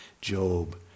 Job